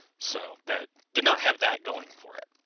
so that did not have that going for it.